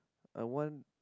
I want